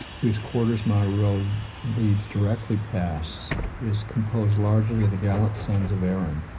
whose quarters my road leads directly past, is composed largely of the gallant sons of erin,